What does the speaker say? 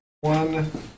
One